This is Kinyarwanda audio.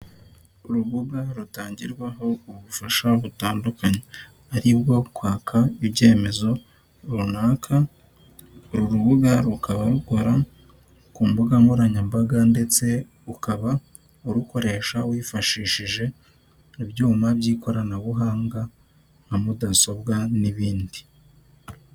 Urubuga rutangirwaho ubufasha butandukanye ari bwo kwaka ibyemezo runaka, uru rubuga rukaba rukora ku mbuga nkoranyambaga ndetse ukaba urukoresha wifashishije ibyuma by'ikoranabuhanga nka mudasobwa n'ibindi.